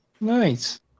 nice